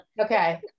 okay